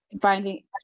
finding